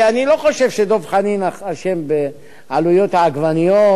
אני לא חושב שדב חנין אשם בעלויות העגבניות.